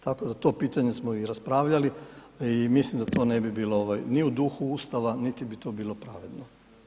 Tako za to pitanje smo i raspravljali i mislim da to ne bi bilo ni u duhu Ustava niti bi to bilo pravedno.